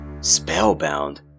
Spellbound